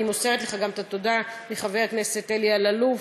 אני מוסרת לך גם את התודה מחבר הכנסת אלי אלאלוף,